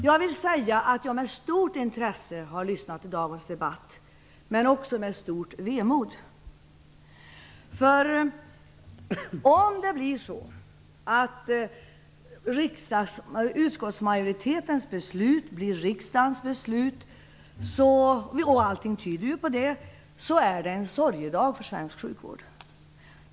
Jag har med stort intresse lyssnat på dagens debatt men också med stort vemod. Om det blir så att utskottsmajoritetens förslag blir riksdagens beslut - allt tyder på det - är det en sorgedag för svensk sjukvård.